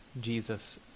Jesus